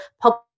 public